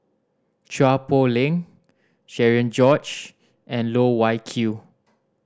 Chua Poh Leng Cherian George and Loh Wai Kiew